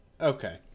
okay